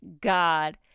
God